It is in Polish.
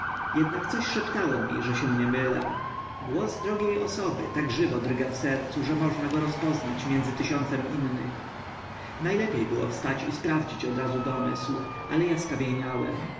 ednak coś szeptało mi że się nie mylę głos drogie osoby tak żywo drga w sercu że można go rozpoznać między tysiącem innych na lepie było wstać i sprawdzić od razu domysł ale a skamieniałem